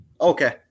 Okay